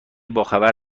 باخبر